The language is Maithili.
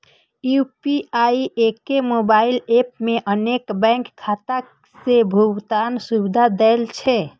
यू.पी.आई एके मोबाइल एप मे अनेक बैंकक खाता सं भुगतान सुविधा दै छै